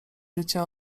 życia